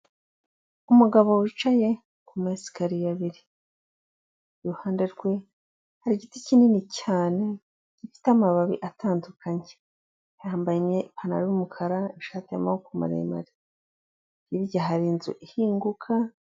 Umugabo wicaye ku mayesakariye abiri, iruhande rwe hari igiti kinini cyane gifite amababi atandukanye, yambaye ipantalo y'umukara n'ishati y'amaboko maremare ,hirya hari inzu ihinguka.